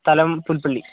സ്ഥലം പുൽപ്പള്ളി